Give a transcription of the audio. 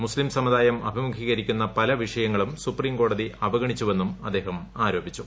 മുസ്ലീം സമുദായം അഭിമുഖീകരിക്കുന്ന പല വിഷയങ്ങളും സുപ്രീംകോടതി അവഗണിച്ചുവെന്നും അദ്ദേഹം ആരോപിച്ചു